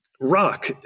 rock